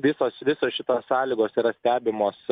visos visos šitos sąlygos yra stebimos